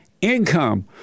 income